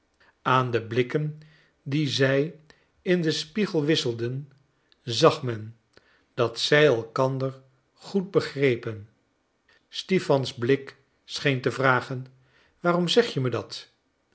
aan de blikken die zij in den spiegel wisselden zag men dat zij elkander goed begrepen stipan's blik scheen te vragen waarom zeg je mij dat